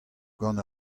gant